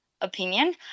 opinion